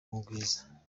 mugwiza